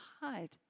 hide